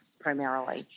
primarily